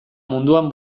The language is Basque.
munduan